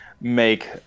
make